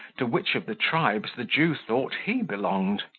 to which of the tribes the jew thought he belonged?